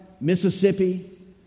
Mississippi